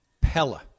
Pella